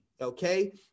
okay